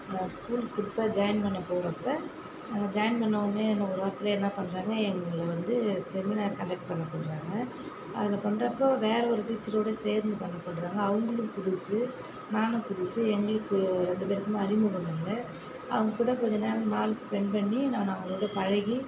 நான் ஸ்கூல் புதுசாக ஜாயின் பண்ண போகிறப்ப நான் ஜாயின் பண்ணவொடன்னே என்ன ஒரு வாரத்தில் என்ன பண்ணுறாங்க எங்களை வந்து செமினார் கண்டக்ட் பண்ண சொல்கிறாங்க அதை பண்ணுறப்போ வேற ஒரு டீச்சரோட சேர்ந்து பண்ண சொல்கிறாங்க அவங்களும் புதுசு நானும் புதுசு எங்களுக்கு ரெண்டு பேருக்குமே அறிமுகம் இல்லை அவங்க கூட கொஞ்சம் நேரம் நானும் ஸ்பென்ட் பண்ணி நான் அவங்களோட பழகி